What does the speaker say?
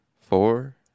four